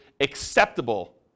acceptable